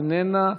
אינה,